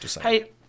hey